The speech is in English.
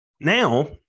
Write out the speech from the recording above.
Now